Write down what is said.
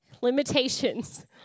limitations